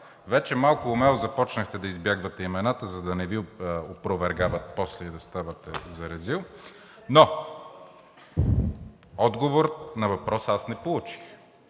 Вече малко умело започнахте да избягвате имената, за да не Ви опровергават после и да ставате за резил. Но отговор на въпроса аз не получих.